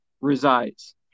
resides